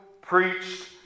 preached